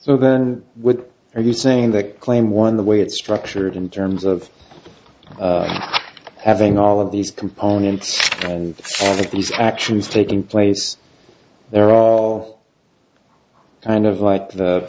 so then what are you saying that claim one the way it's structured in terms of having all of these components and actions taking place they're all kind of like